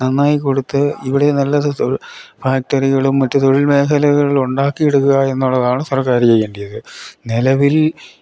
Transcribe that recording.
നന്നായി കൊടുത്ത് ഇവിടെ നല്ലത് ഫാക്ടറികളും മറ്റ് തൊഴിൽ മേഖലകളുണ്ടാക്കിയെടുക്കുക എന്നുള്ളതാണ് സർക്കാർ ചെയ്യേണ്ടത് നിലവിൽ